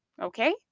Okay